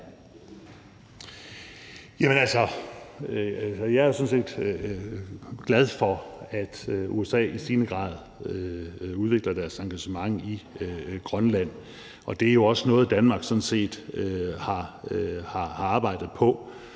set glad for, at USA i stigende grad udvikler sit engagement i Grønland. Det er jo sådan set også noget, som Danmark har arbejdet på.